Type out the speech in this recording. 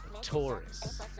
Taurus